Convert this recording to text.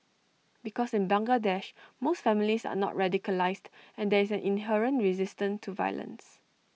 because in Bangladesh most families are not radicalised and there is an inherent resistance to violence